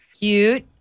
Cute